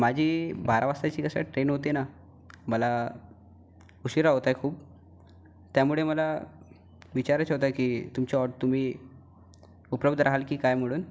माझी बारा वाजताची जसं ट्रेन होते ना मला उशिरा होतंय खूप त्यामुळे मला विचारायचा होता की तुमच्या ऑ तुम्ही उपलब्ध राहाल की काय म्हडून